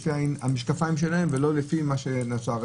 לפי המשקפיים שלהם ולא לפי מה שנוצר.